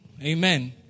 Amen